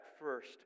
first